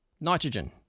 Nitrogen